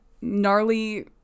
gnarly